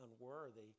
unworthy